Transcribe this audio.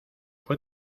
fue